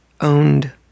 owned